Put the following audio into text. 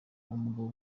umugabo